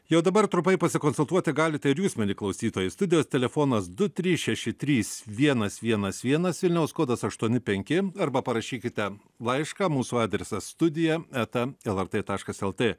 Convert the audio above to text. jau dabar trumpai pasikonsultuoti galit ir jūs mieli klausytojai studijos telefonas du trys šeši trys vienas vienas vienas vilniaus kodas aštuoni penki arba parašykite laišką mūsų adresas studija eta lrt taškas lt